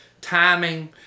timing